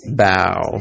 bow